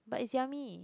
but it's yummy